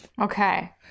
Okay